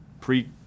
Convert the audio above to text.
pre